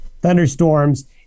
thunderstorms